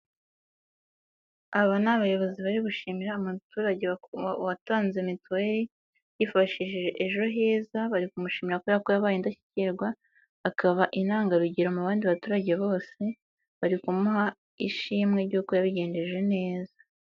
Aba ni abayobozi bari gushimira umuturage watanze mituweli, yifashishije ejo heza, bari kumushimira kubera ko yabaye indashyikirwa, akaba intangarugero mu bandi baturage bose, bari kumuha ishimwe ry'uko yabigenjeje neza.